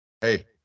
Hey